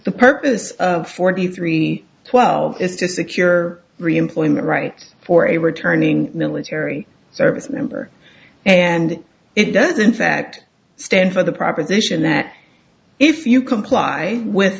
the purpose of forty three twelve is to secure reemployment right for a returning military service member and it does in fact stand for the proposition that if you comply with